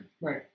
Right